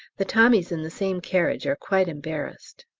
the tommies in the same carriage are quite embarrassed.